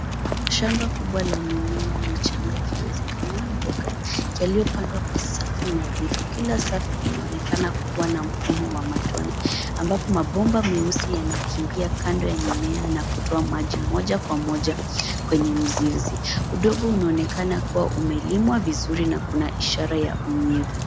Shamba kubwa la mimea michanga ikiwezekana mboga, yaliopandwa kwa safu nadhifu, kila safu inaonekana kuwa na mfumo wa matone, ambapo mabomba meusi yanakimbia kando ya mimea, na kutoa maji moja kwa moja kwenye mzizi. Udongo unaonekana kuwa umelimwa vizuri na kuna ishara ya unyevu.